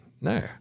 no